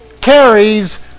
carries